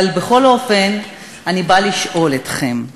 אבל בכל אופן אני באה לשאול אתכם: